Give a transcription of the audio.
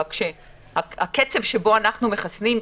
אבל הקצב שבו אנחנו מחסנים,